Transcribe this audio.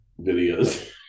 videos